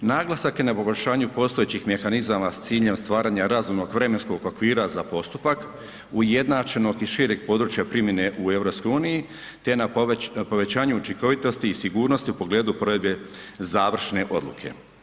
Naglasak je na poboljšanju postojećih mehanizama s ciljem stvaranja razumnog vremenskog okvira za postupak, ujednačenog i šireg područja primjene u EU te na povećanju učinkovitosti i sigurnosti u pogledu provedbe završne odluke.